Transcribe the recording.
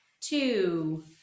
two